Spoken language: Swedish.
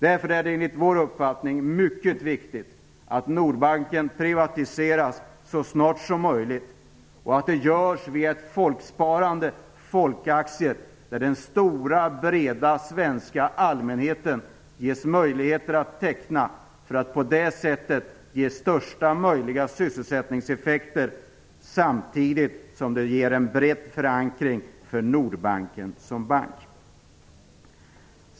Därför är det enligt vår uppfattning mycket viktigt att Nordbanken privatiseras så snart som möjligt och att det görs via folksparande och folkaktier som den stora och breda svenska allmänheten ges möjligheter att teckna för att på det sättet ge största möjliga sysselsättningseffekter, samtidigt som det ger en bred förankring för Nordbanken som bank.